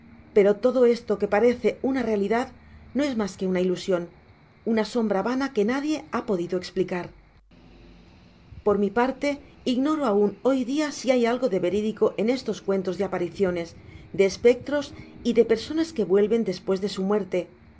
pero todo esto que parece una realidad no es mas que una ilusion una sombra vana que nadie ha podido esplicar por mi parte ignoro aun hoy dia si hay algo de veri dico en estos cuentos de apariciones de espectros y de personas que vuelven despues de su muerte